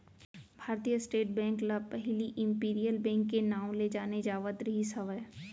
भारतीय state bank ल पहिली इम्पीरियल बेंक के नांव ले जाने जावत रिहिस हवय